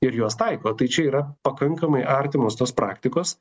ir jos taiko tai čia yra pakankamai artimos tos praktikos